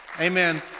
Amen